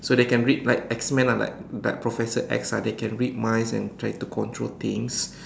so they can read like X man or like like professor X ah they can read minds and try to control things